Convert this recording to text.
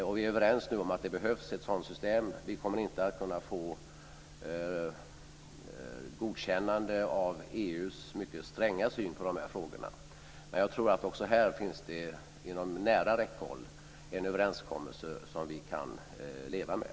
Vi är nu överens om att det behövs ett sådant system. Vi kommer annars inte att kunna få ett godkännande av EU, som har en mycket sträng syn på de här frågorna. Men jag tror att det också här inom nära räckhåll finns en överenskommelse som vi kan leva med.